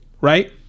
right